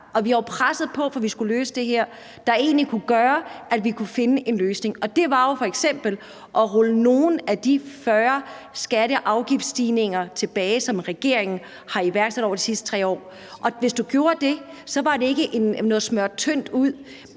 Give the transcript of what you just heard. og vi har jo presset på, for at vi skulle løse det her og lave noget, der egentlig kunne gøre, at vi kunne finde en løsning. Det var jo f.eks. at rulle nogle af de 40 skatte- og afgiftsstigninger, som regeringen har iværksat over de sidste 3 år, tilbage, og hvis du gjorde det, var det ikke noget med at smøre tyndt ud.